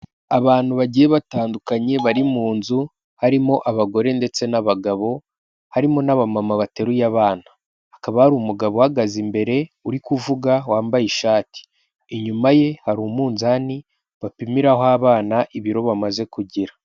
Abantu bagiye batandukanye bari mu nzu harimo abagore ndetse n'abagabo harimo n'abamama bateruye abana hakaba hari umugabo uhagaze imbere uri kuvuga wambaye ishati inyuma ye hari umunzani bapimiraho abana ibiro bamaze kugira.